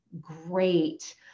great